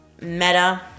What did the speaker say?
Meta